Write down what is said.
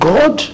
God